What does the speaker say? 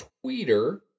Twitter